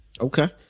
Okay